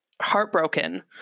heartbroken